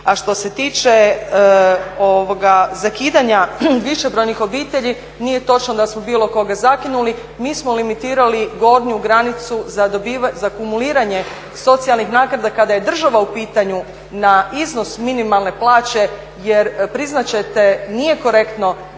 A što se tiče zakidanja višebrojnih obitelji, nije točno da smo bilo koga zakinuli. Mi smo limitirali gornju granicu za kumuliranje socijalnih naknada kada je država u pitanju na iznos minimalne plaće jer priznat ćete, nije korektno